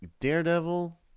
Daredevil